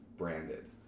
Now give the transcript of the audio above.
Branded